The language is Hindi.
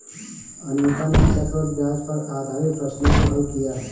अनीता ने चक्रवृद्धि ब्याज पर आधारित प्रश्नों को हल किया